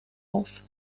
off